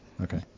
Okay